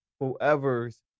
whoever's